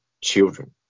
children